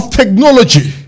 technology